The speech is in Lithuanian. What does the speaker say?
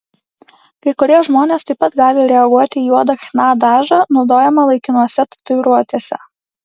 kai kurie žmonės taip pat gali reaguoti į juodą chna dažą naudojamą laikinose tatuiruotėse